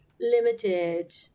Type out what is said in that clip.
limited